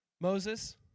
Moses